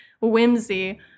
whimsy